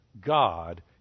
God